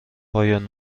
پایان